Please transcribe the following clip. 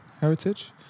heritage